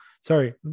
Sorry